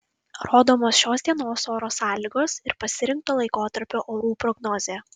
rodomos šios dienos oro sąlygos ir pasirinkto laikotarpio orų prognozė